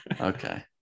Okay